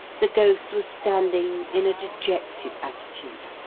the ghost was standing in a dejected attitude,